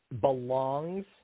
belongs